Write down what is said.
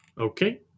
okay